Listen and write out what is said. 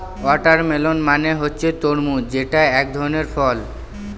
watermelon মানে হচ্ছে তরমুজ যেটা এক ধরনের ফল